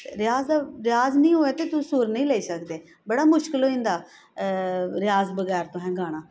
रेयाज दा रेयाज नेईं होऐ ते तुस सुर नी लेई सकदे बड़ा मुश्किल होई जंदा रेयाज बगैर तुहें गाना